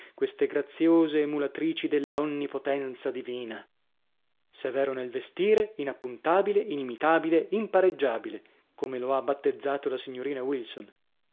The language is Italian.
queste graziose emulatrici della onnipotenza divina severo nel vestire inappuntabile inimitabile impareggiabile come lo ha battezzato la signorina wilson